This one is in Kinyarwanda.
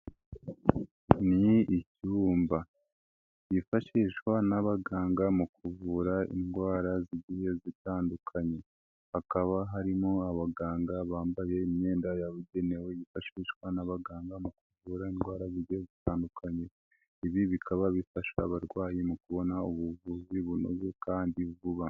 Ni icyumba cyifashishwa n'abaganga mu kuvura indwara zigiye zitandukanye, hakaba harimo abaganga bambaye imyenda yabugenewe yifashishwa n'abaganga mu kuvura indwara zijya zitandukanye, ibi bikaba bifasha abarwayi mu kubona ubuvuzi bunoze kandi vuba.